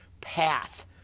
path